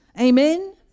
Amen